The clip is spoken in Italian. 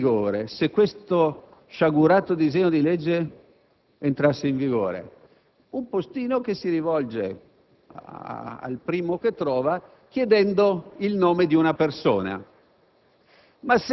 della corrispondenza. Pensiamo cosa accadrebbe se questo sciagurato disegno di legge entrasse in vigore: un postino si rivolge al